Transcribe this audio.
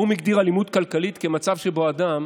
האו"ם הגדיר אלימות כלכלית כמצב שבו אדם